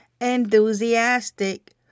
enthusiastic